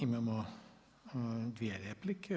Imamo dvije replike.